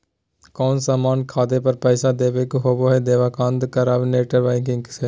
कोनो सामान खर्दे पर पैसा देबे के होबो हइ दोकंदारबा के नेट बैंकिंग से